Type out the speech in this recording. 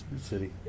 City